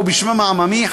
או בשמם העממי,